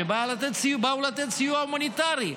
שבאו לתת סיוע הומניטרי,